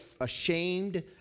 ashamed